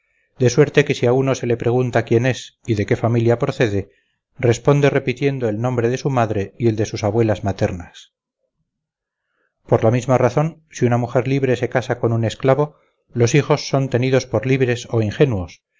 de suerte que si a uno se le pregunta quién es y de qué familia procede responde repitiendo el nombre de su madre y el sus abuelas maternas por la misma razón si una mujer libre se casa con un esclavo los hijos son tenidos por libres o ingenuos